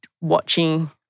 watching